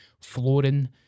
flooring